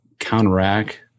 counteract